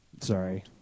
Sorry